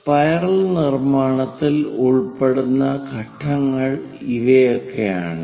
spiral നിർമാണത്തിൽ ഉൾപ്പെടുന്ന ഘട്ടങ്ങൾ ഇവയൊക്കെയാണ്